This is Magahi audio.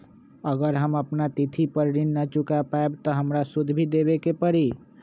अगर हम अपना तिथि पर ऋण न चुका पायेबे त हमरा सूद भी देबे के परि?